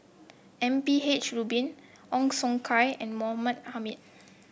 M P H Rubin Ong Siong Kai and Mahmud Ahmad